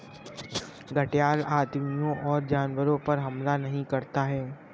घड़ियाल आदमियों और जानवरों पर हमला नहीं करता है